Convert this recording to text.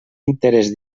interès